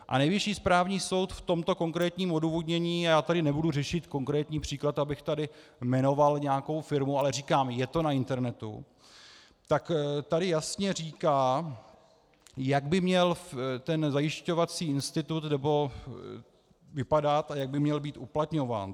A Nejvyšší správní soud v tomto konkrétním odůvodnění já tady nebudu řešit konkrétní příklad, abych tady jmenoval nějakou firmu, ale říkám, je to na internetu jasně říká, jak by měl ten zajišťovací institut vypadat a jak by měl být uplatňován.